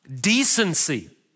decency